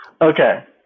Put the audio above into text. Okay